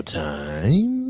time